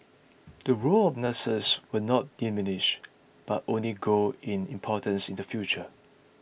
the role of nurses will not diminish but only grow in importance in the future